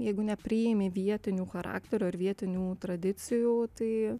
jeigu nepriimi vietinių charakterio ir vietinių tradicijų tai